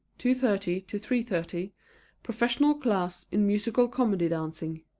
two thirty to three thirty professional class in musical comedy dancing.